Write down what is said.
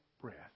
breath